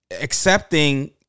accepting